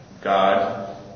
God